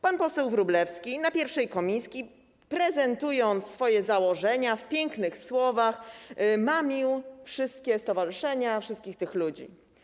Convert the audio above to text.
Pan poseł Wróblewski na pierwszym posiedzeniu komisji, prezentując swoje założenia w pięknych słowach, mamił wszystkie stowarzyszenia, wszystkich tych ludzi.